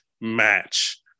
match